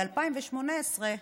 ב-2018,